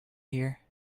hear